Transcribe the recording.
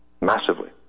Massively